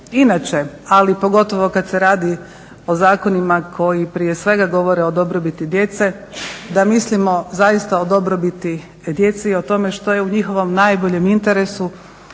inače ali pogotovo kada se radi o zakonima koji prije svega govore o dobrobiti djece, da mislimo zaista o dobrobiti djece i o tome što je u njihovom najboljem interesu,